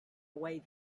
away